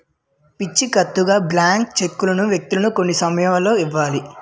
పూచికత్తుగా బ్లాంక్ చెక్కులను వ్యక్తులు కొన్ని సమయాల్లో ఇవ్వాలి